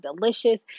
delicious